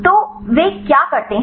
तो वे क्या करते हैं